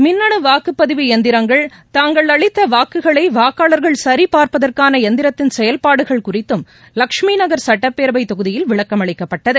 மின்னனு வாக்குப்பதிவு எந்திரங்கள் தாங்கள் அளித்த வாக்குகளை வாக்காளர்கள் சரிபார்ப்பதற்கான எந்திரத்தின் செயல்பாடுகள் குறித்தும் ல்ஷ்மி நகர் சுட்டப்பேரவை தொகுதியில் விளக்கம் அளிக்கப்பட்டது